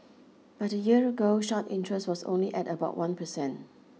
but a year ago short interest was only at about one percent